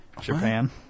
Japan